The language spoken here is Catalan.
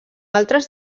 altres